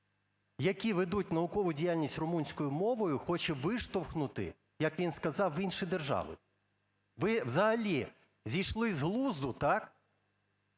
які ведуть наукову діяльність румунською мовою, хоче виштовхнути, як він сказав, в інші держави. Ви взагалі зійшли з глузду, так?